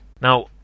Now